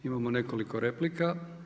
Imamo nekoliko replika.